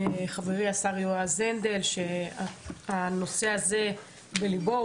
חברי השר יועז הנדל שהנושא הזה בליבו.